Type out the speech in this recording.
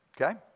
Okay